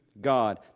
God